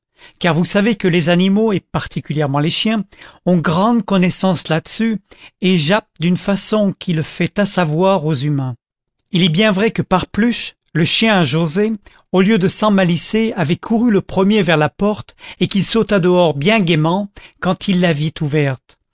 car vous savez que les animaux et particulièrement les chiens ont grande connaissance là-dessus et jappent d'une façon qui le fait assavoir aux humains il est bien vrai que parpluche le chien à joset au lieu de s'enmalicer avait couru le premier vers la porte et qu'il sauta dehors bien gaiement quand il la vit ouverte